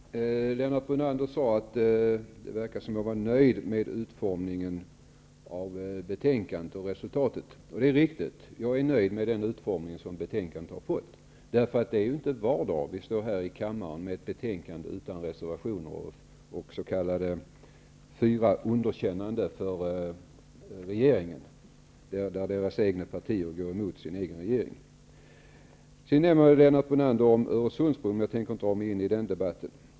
Fru talman! Lennart Brunander sade att det verkar som om jag var nöjd med utformningen av betänkandet och resultatet, och det är riktigt. Jag är nöjd med den utformning som betänkandet har fått. Det är ju inte var dag vi står här i kammaren med ett betänkande utan reservationer och med fyra underkännanden för regeringen, där utskottsmajoritetens partier går emot sin egen regering. Lennart Brunander nämnde Öresundsbron, men jag tänker inte ge mig in i den debatten.